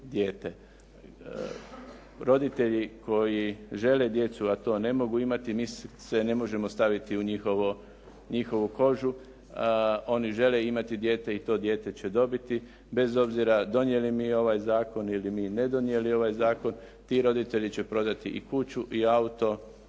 Roditelji koji žele djecu a to ne mogu imati, mi se ne možemo staviti u njihovo, njihovu kožu. Oni žele imati dijete i to dijete će dobiti bez obzira donijeli mi ovaj zakon ili mi ne donijeli ovaj zakon ti roditelji će prodati i kuću i auto